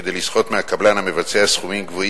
כדי לסחוט מהקבלן המבצע סכומים גבוהים